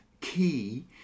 Key